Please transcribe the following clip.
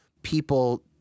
people